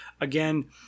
Again